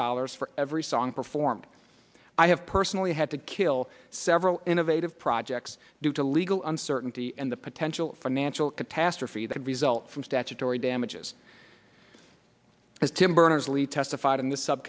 dollars for every song performed i have personally had to kill several innovative projects due to legal uncertainty and the potential financial catastrophe that could result from statutory damages as tim berners lee testified in th